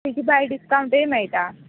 तेचे भायर डिसकावंटय मेळटा